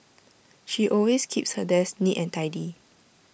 she always keeps her desk neat and tidy